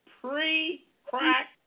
pre-crack